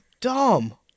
dumb